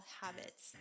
habits